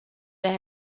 that